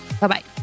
Bye-bye